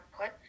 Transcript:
put